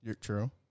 True